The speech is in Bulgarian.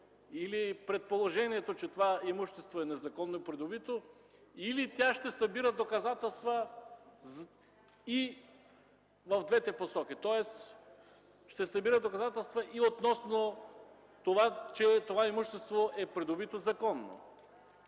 или предположението, че това имущество е незаконно придобито, или ще събира доказателства и в двете посока? Тоест ще събира доказателства и относно това, че това имущество е придобито законно.